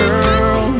Girl